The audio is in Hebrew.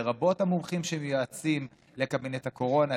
לרבות המומחים שמייעצים לקבינט הקורונה,